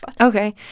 Okay